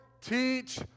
teach